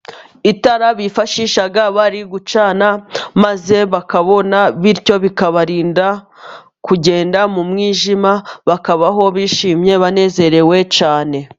Itara bifashisha bari gucana maze bakabona bityo bikabarinda kugenda mu mwijima, bakabaho bishimye banezerewe cyane.